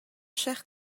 chers